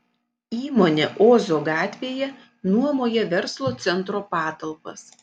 įmonė ozo gatvėje nuomoja verslo centro patalpas